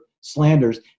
slanders